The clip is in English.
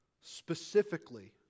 specifically